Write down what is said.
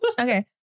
Okay